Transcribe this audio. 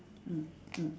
mm mm